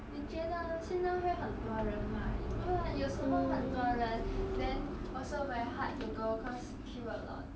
你觉得现在会很多人吗不是有时候很多人 then also very hard to go cause queue a lot